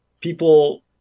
people